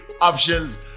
options